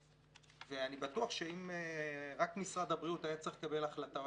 ואני בטוח שאם רק משרד הבריאות היה צריך לקבל החלטה,